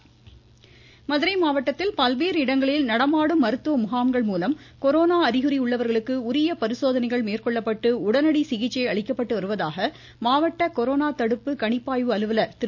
Madurai Chandramohan voice Madurai மாவட்டத்தில் பல்வேறு இடங்களில் நடமாடும் மருத்துவமுகாம்கள் மூலம் கொரோனா அறிகுறி உள்ளவர்களுக்கு உரிய பரிசோதனைகள் மேற்கொள்ளப்பட்டு உடனடி சிகிச்சை அளிக்கப்பட்டு வருவதாக மாவட்ட கொரோனா தடுப்பு கணிப்பாய்வு அலுவலர் திரு